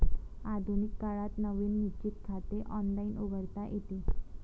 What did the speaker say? आधुनिक काळात नवीन निश्चित खाते ऑनलाइन उघडता येते